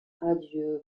adieu